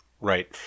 Right